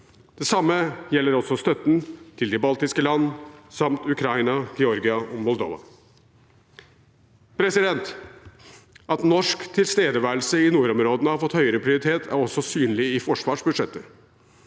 Det samme gjelder støtten til de baltiske land samt Ukraina, Georgia og Moldova. At norsk tilstedeværelse i nordområdene har fått høyere prioritet, er også synlig i forsvarsbudsjettet.